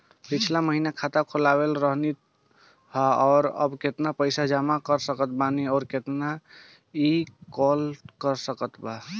पिछला महीना खाता खोलवैले रहनी ह और अब केतना पैसा जमा कर सकत बानी आउर केतना इ कॉलसकत बानी?